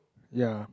ya